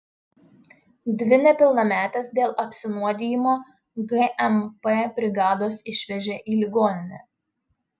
dvi nepilnametes dėl apsinuodijimo gmp brigados išvežė į ligoninę